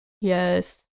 yes